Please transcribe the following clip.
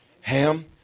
Ham